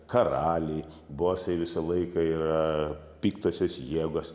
karaliai bosai visą laiką yra piktosios jėgos